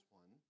one